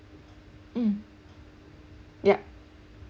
mm yup